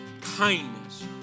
kindness